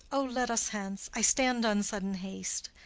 o, let us hence! i stand on sudden haste.